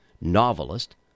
novelist